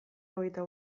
hogeita